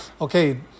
Okay